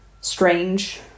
strange